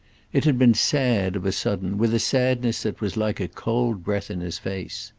it had been sad, of a sudden, with a sadness that was like a cold breath in his face.